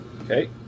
Okay